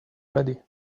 ready